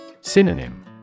Synonym